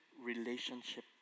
relationship